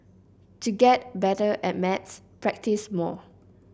to get better at maths practise more